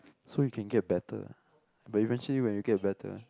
so you can get better but eventually when you get better